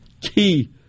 key